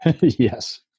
yes